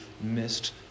missed